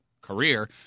career